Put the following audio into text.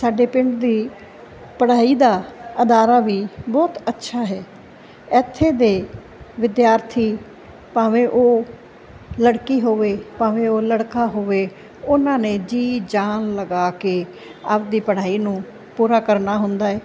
ਸਾਡੇ ਪਿੰਡ ਦੀ ਪੜ੍ਹਾਈ ਦਾ ਅਦਾਰਾ ਵੀ ਬਹੁਤ ਅੱਛਾ ਹੈ ਇੱਥੇ ਦੇ ਵਿਦਿਆਰਥੀ ਭਾਵੇਂ ਉਹ ਲੜਕੀ ਹੋਵੇ ਭਾਵੇਂ ਉਹ ਲੜਕਾ ਹੋਵੇ ਉਹਨਾਂ ਨੇ ਜੀਅ ਜਾਨ ਲਗਾ ਕੇ ਆਪਦੀ ਪੜ੍ਹਾਈ ਨੂੰ ਪੂਰਾ ਕਰਨਾ ਹੁੰਦਾ ਹੈ